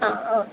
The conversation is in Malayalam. ആ ആ